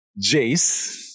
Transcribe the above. Jace